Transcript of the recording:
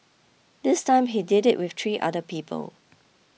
this time he did it with three other people